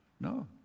No